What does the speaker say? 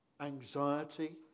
anxiety